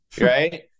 Right